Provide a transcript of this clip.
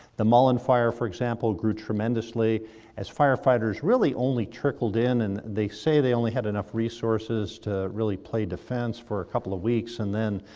the mullen fire, for example, grew tremendously as firefighters really only trickled in. and they say they only had enough resources to really play defense for a couple of weeks. and then,